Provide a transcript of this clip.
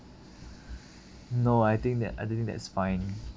no I think that I think that's fine